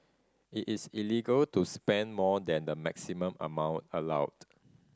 it is illegal to spend more than the maximum amount allowed